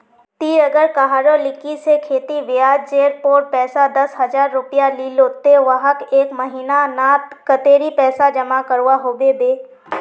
ती अगर कहारो लिकी से खेती ब्याज जेर पोर पैसा दस हजार रुपया लिलो ते वाहक एक महीना नात कतेरी पैसा जमा करवा होबे बे?